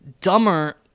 dumber